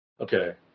okay